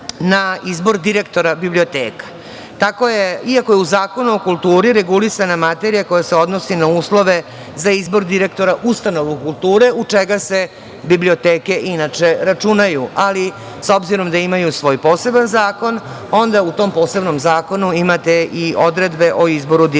na izbor direktora biblioteka, iako je u Zakonu o kulturi regulisana materija koja se odnosi na uslove za izbor direktora ustanova kulture, u čega se biblioteke inače računaju. Ali, s obzirom da imaju svoj poseban zakon, onda u tom posebnom zakonu imate i odredbe o izboru direktora.U